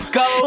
go